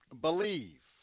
Believe